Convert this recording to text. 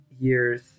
years